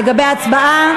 לגבי ההצבעה?